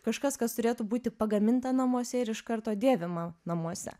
kažkas kas turėtų būti pagaminta namuose ir iš karto dėvima namuose